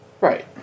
Right